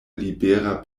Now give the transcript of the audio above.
libera